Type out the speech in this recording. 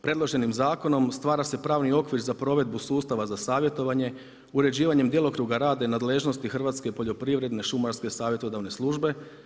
Predloženim zakonom stvara se pravni okvir za provedbu sustava za savjetovanje, uređivanjem djelokruga rada i nadležnosti Hrvatske poljoprivredno-šumarske savjetodavne službe.